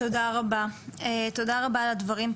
תודה רבה על הדברים.